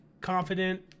confident